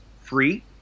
free